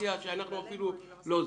קונספציה כשאנחנו אפילו לא זה,